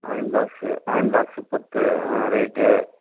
iron box iron box பத்து ஆ right